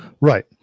Right